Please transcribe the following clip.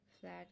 flat